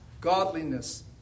godliness